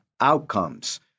outcomes